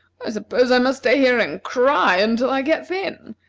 i suppose i must stay here and cry until i get thin.